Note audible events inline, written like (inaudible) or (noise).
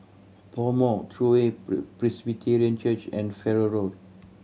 PoMo True Way (unintelligible) Presbyterian Church and Farrer Road